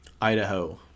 Idaho